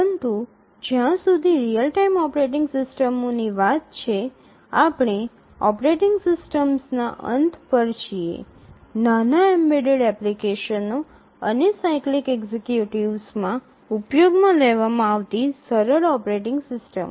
પરંતુ જ્યાં સુધી રીઅલ ટાઇમ ઓપરેટિંગ સિસ્ટમોની વાત છે આપણે ઓપરેટિંગ સિસ્ટમ્સના અંત પર છીએ નાના એમ્બેડેડ એપ્લિકેશનો અને સાયક્લિક એક્ઝિક્યુટિવ્સમાં ઉપયોગમાં લેવામાં આવતી સરળ ઓપરેટિંગ સિસ્ટમો